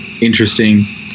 interesting